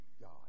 God